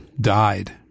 died